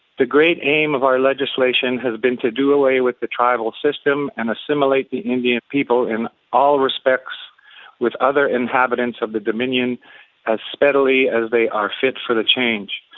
the great aim of our legislation has been to do away with the tribal system and assimilate the indian people in all respects with other inhabitants of the dominion as steadily as they are fit to the change.